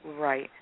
Right